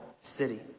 city